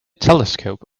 telescope